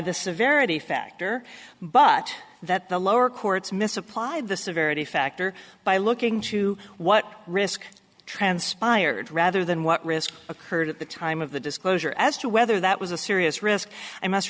the severity factor but that the lower courts misapplied the severity factor by looking to what risk transpired rather than what risk occurred at the time of the disclosure as to whether that was a serious risk i must